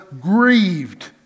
grieved